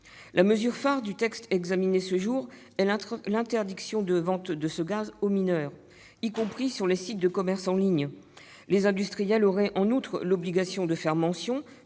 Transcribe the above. La mesure phare du texte examiné ce jour est l'interdiction de vendre ce gaz aux mineurs, y compris sur les sites de commerce en ligne. Les industriels auraient en outre l'obligation de mentionner